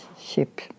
ship